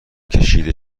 کشیده